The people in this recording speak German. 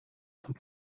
zum